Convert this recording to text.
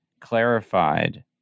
clarified